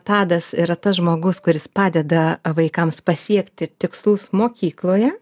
tadas yra tas žmogus kuris padeda vaikams pasiekti tikslus mokykloje